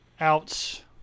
outs